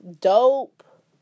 dope